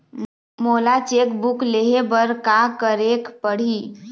मोला cheque book लेहे बर का केरेक पढ़ही?